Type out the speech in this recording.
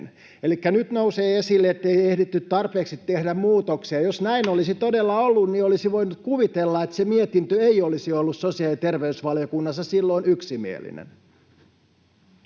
kun nyt nousee esille, ettei ehditty tarpeeksi tehdä muutoksia, niin jos näin olisi todella ollut, niin olisi voinut kuvitella, että se mietintö ei olisi ollut sosiaali- ja terveysvaliokunnassa silloin yksimielinen.